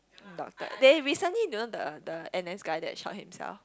doctor they recently you know the the N_S guy that shot himself